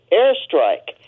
airstrike